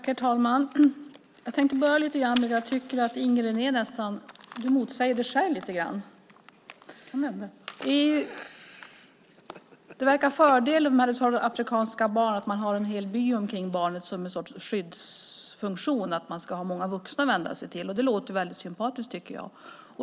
Herr talman! Jag tänkte börja med att säga att jag tycker att Inger René nästan motsäger sig själv lite grann. Hon sade att det verkar vara en fördel att man omkring afrikanska barn har en hel by som en sorts skyddsfunktion. De ska ha många vuxna att vända sig till. Det låter väldigt sympatiskt, tycker jag.